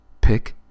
pick